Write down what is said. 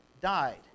died